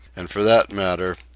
and for that matter,